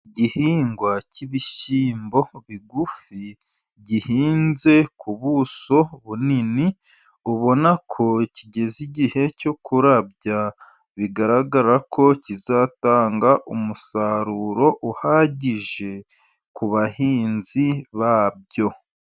Igihingwa cy'ibishyimbo bigufi gihinze ku buso bunini, ubona ko kigeze igihe cyo kurabya. Bigaragara ko kizatanga umusaruro uhagije ku bahinzi babyo.